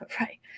Right